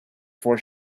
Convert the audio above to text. for